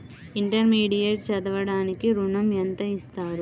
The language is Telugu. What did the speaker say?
ఇంటర్మీడియట్ చదవడానికి ఋణం ఎంత ఇస్తారు?